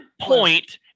point